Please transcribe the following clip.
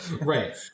right